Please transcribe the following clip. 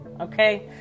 Okay